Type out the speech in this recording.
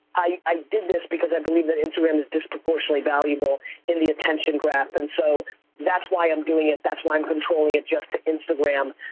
i i did this because i believe that instagram is disproportionately valuable in the attention graph and so that's why i'm doing it, that's why i'm controlling it just to instagram,